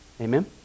Amen